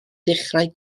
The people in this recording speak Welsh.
ddechrau